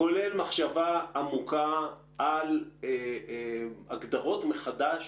מחשבה עמוקה על הגדרות מחדש